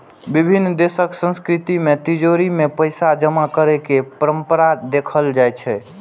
विभिन्न देशक संस्कृति मे तिजौरी मे पैसा जमा करै के परंपरा देखल जाइ छै